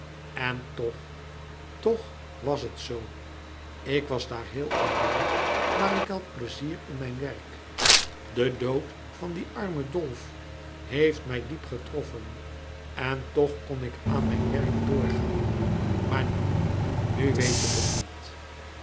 en toch toch was het zoo ik was daar heel alleen maar ik had pleizier in mijn werk de dood van dien armen dolf heeft mij diep getroffen en toch kon ik aan mijn werk doorgaan maar nu nu weet ik het niet